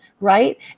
right